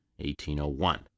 1801